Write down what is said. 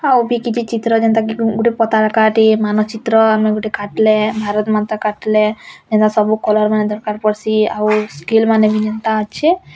ଆଉ ବି କିଛି ଚିତ୍ର ଯେନ୍ତା କି ଗୋଟେ ପତାକାଟେ ମାନଚିତ୍ର ଆମେ ଗୋଟେ କାଟିଲେ ଭାରତ ମାତା କାଟିଲେ ଏନସବୁ କଲର୍ ମାନ ଦରକାର ପଡ଼ସି ଆଉ ସ୍କେଲ୍ ମାନ ଯେନ୍ତା ଅଛେ